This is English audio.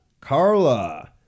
Carla